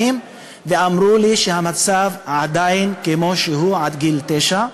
אמרו לי שהמצב עדיין כמו שהוא, עד גיל תשע,